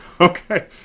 Okay